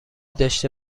داشته